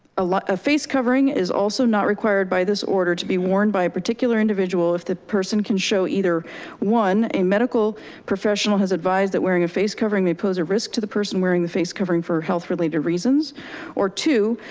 a like a face covering is also not required by this order to be worn by a particular individual. if the person can show either one, a medical professional has advised that wearing a face covering may pose a risk to the person wearing the face covering. for health-related reasons or two,